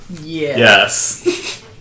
Yes